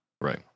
Right